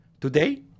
today